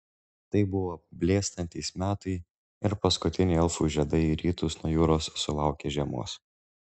tai buvo blėstantys metai ir paskutiniai elfų žiedai į rytus nuo jūros sulaukė žiemos